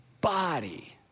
body